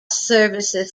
services